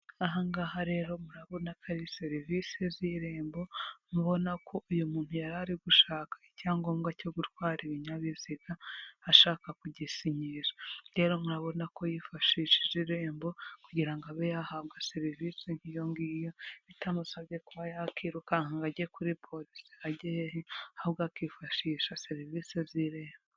Aha ngaha rero murabona ko ari serivisi z'irembo, mubona ko uyu muntu yari ari gushaka icyangombwa cyo gutwara ibinyabiziga, ashaka kugisinyisha, rero murabona ko yifashishije irembo kugira ngo abe yahabwa serivisi nk'iyo ngiyo bitamusabye kuba yakwirukanka ngo age kuri polisi ajya hehe, ahubwo akifashisha serivisi z'irembo.